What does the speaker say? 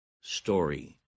story